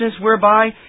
whereby